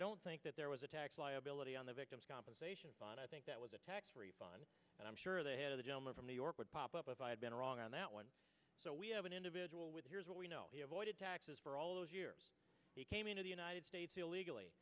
don't think that there was a tax liability on the victims compensation but i think that was a tax refund and i'm sure the head of the gentleman from new york would pop up if i had been wrong on that one so we have an individual with here's what we know he avoided taxes for all those years he came into the united states illegally